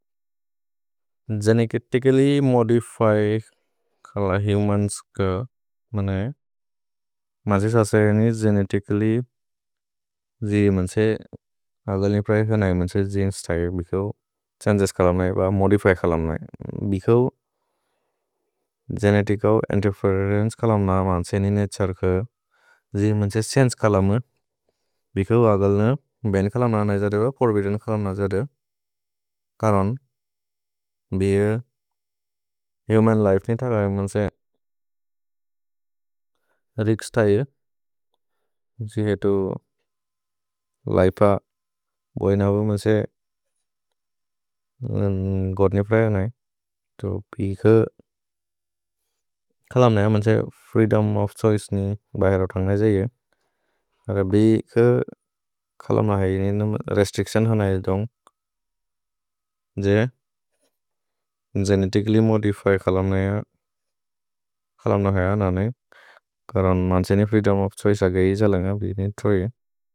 Genetically modified humans क मन्से। ससएनि गेनेतिचल्ल्य् जि मन्से अदल्नि प्रएच्तिओनै मन्से जिन् स्त्य्ले भिकौ। छ्हन्गेस् कलम् नैव मोदिफिएद् कलम् नैव भिकौ। गेनेतिचल् इन्तेर्फेरेन्चे कलम् नैव मन्से नि नतुरे क जि मन्से छन्गे कलम् नैव भिकौ अदल्न। भेन् कलम् नैव नैजदेब फोर्बिद्देन् कलम् नैजदेब। करन् भिय हुमन् लिफे नि थक मन्से रिक्स् थैय जि हेतु लिफे-अ बोइन भि मन्से। गोद्ने प्रए तो भिकौ कलम् नैव मन्से फ्रीदोम् ओफ् छोइचे नि बैहर थन्ग जैय। भ्हिकौ कलम् नैव रेस्त्रिच्तिओन् थन्ग। जैय जैय गेनेतिचल्ल्य् मोदिफिएद् कलम् नैव कलम् नैव ननै करन् मन्से नि फ्रीदोम् ओफ् छोइचे अगयि जलन्ग भि नि थोइ।